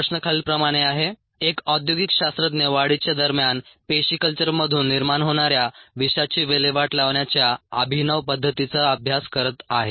प्रश्न खालीलप्रमाणे आहे एक औद्योगिक शास्त्रज्ञ वाढीच्या दरम्यान पेशी कल्चरमधून निर्माण होणाऱ्या विषाची विल्हेवाट लावण्याच्या अभिनव पद्धतीचा अभ्यास करत आहे